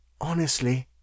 honestly